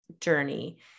journey